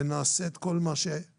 ונעשה את כל מה שנדרש,